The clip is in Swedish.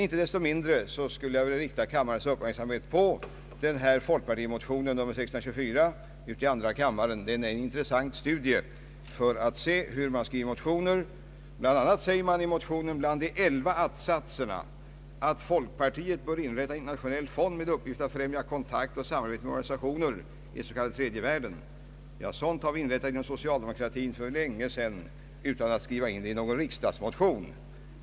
Icke desto mindre skulle jag vilja rikta kammarens uppmärksamhet på motionen II: 624 som erbjuder ett intressant studium. Bland annat sägs i en av de elva att-satserna i motionen att folkpartiet bör inrätta en internationell fond med uppgift att främja kontakt och samarbete med organisationer i den s.k. tredje världen. Någonting sådant har vi inrättat inom socialdemokratin för länge sedan utan att skriva in det i någon riksdagsmotion.